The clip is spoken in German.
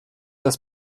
das